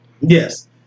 Yes